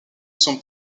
son